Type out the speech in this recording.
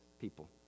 people